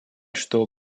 что